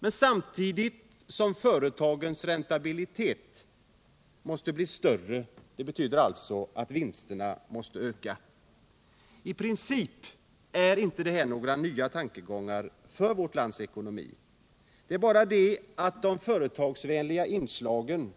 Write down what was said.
Men samtidigt måste företagens räntabiliteter bli större, och det betyder alltså att vinsterna ökar. I princip är det här inte några nya tankegångar för vårt lands ekonomi. Det är bara det att de företagsvänliga inslagen